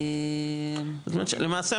למעשה,